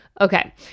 Okay